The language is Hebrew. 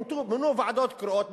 מונו ועדות קרואות,